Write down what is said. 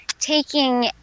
taking